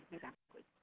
exactly.